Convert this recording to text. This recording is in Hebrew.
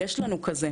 יש לנו כזה.